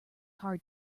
hard